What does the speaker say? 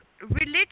Religion